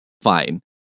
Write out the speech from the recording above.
fine